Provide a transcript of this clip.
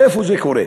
איפה זה קורה?